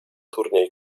turniej